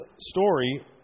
story